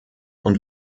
und